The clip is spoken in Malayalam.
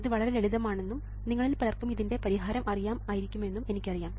ഇത് വളരെ ലളിതമാണെന്നും നിങ്ങളിൽ പലർക്കും ഇതിൻറെ പരിഹാരം അറിയാം ആയിരിക്കുമെന്നും എനിക്കറിയാം